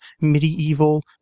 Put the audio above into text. medieval